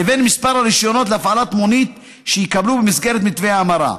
לבין מספר הרישיונות להפעלת מונית שיקבלו במסגרת מתווה ההמרה.